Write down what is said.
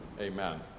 amen